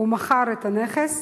הוא מכר את הנכס,